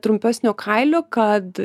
trumpesnio kailio kad